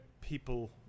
people